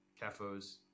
CAFOs